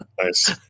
Nice